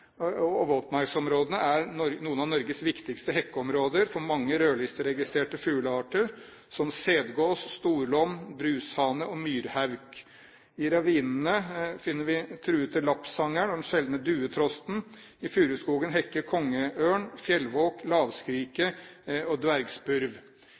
Våtmarksområdene er noen av Norges viktigste hekkeområder for mange rødlisteregistrerte fuglearter, som sedgås, storlom, brushane, myrhauk. I ravinene finner vi den truede lappsangeren og den sjeldne duetrosten. I furuskogen hekker kongeørn, fjellvåk,